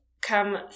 come